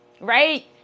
right